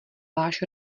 váš